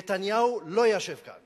נתניהו לא היה יושב כאן,